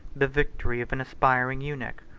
the victory of an aspiring eunuch,